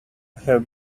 have